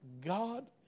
God